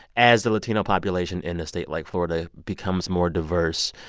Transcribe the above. as the latino population in a state like florida becomes more diverse,